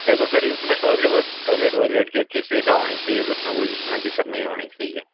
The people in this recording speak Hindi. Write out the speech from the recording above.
देखो सर उसमें टोइले व टोइलेट वोइलेट की अच्छी सुविधा होनी चाहिए बच्चों को इसमें दिक्कत नहीं होनी चाहिए